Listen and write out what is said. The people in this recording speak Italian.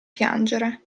piangere